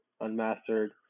unmastered